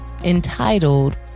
entitled